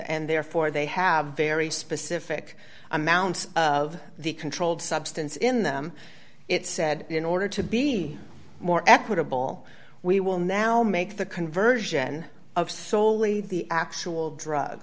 and therefore they have very specific amounts of the controlled substance in them it said in order to be more equitable we will now make the conversion of solely the actual drug